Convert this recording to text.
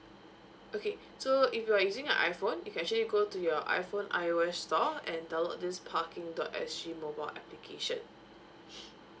okay so if you are using an iphone you can actually go to your iphone I_O_S store and download this parking dot S G mobile application